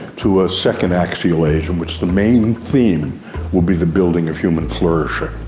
to a second axial age in which the main theme will be the building of human flourishing,